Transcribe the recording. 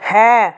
হ্যাঁ